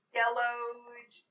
yellowed